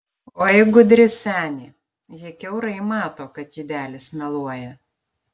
oi gudri senė ji kiaurai mato kad judelis meluoja